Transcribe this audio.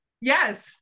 Yes